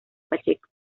pacheco